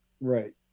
Right